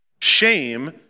Shame